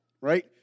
right